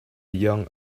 young